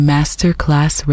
Masterclass